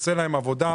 עושה להם עבודה,